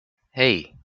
hey